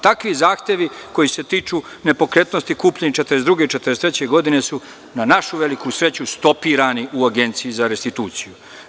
Takvi zahtevi koji se tiču nepokretnosti kupljenih 1942. i 1943. godine su na našu veliku sreću stopirani u Agenciji za restituciju.